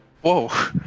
Whoa